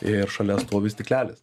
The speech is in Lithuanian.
ir šalia stovi stiklelis